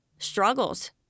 struggles